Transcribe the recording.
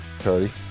Cody